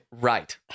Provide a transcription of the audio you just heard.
Right